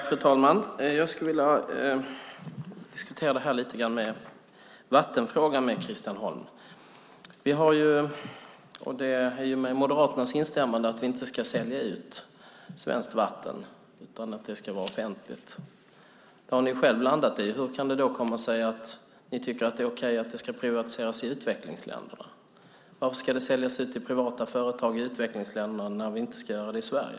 Fru talman! Jag skulle vilja diskutera vattenfrågan med Christian Holm. Vi har, och det är ju med Moderaternas instämmande, konstaterat att vi inte ska sälja ut svenskt vatten utan att det ska vara offentligt. Det har ni själva landat i. Hur kan det då komma sig att ni tycker att det är okej att det ska privatiseras i utvecklingsländerna? Varför ska det säljas ut till privata företag i utvecklingsländerna när vi inte ska göra det i Sverige?